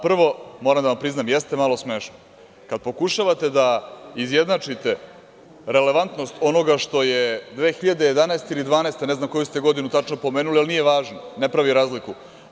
Prvo, moram da vam priznam, jeste malo smešno kad pokušavate da izjednačite relevantnost onoga što je 2011. ili 2012. godine, ne znam koju ste godinu tačno pomenuli, ali nije važno, ne pravi razliku.